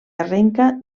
arrenca